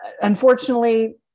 unfortunately